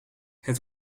het